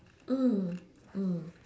mm mm